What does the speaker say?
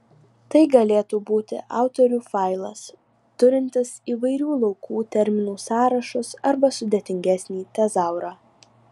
tai galėtų būti autorių failas turintis įvairių laukų terminų sąrašus arba sudėtingesnį tezaurą